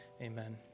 Amen